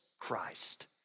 Christ